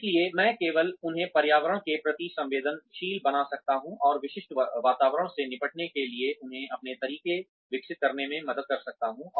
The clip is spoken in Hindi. इसलिए मैं केवल उन्हें पर्यावरण के प्रति संवेदनशील बना सकता हूँ और विशिष्ट वातावरण से निपटने के लिए उन्हें अपने तरीके विकसित करने में मदद कर सकता हूँ